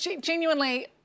genuinely